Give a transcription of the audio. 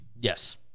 Yes